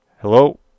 Hello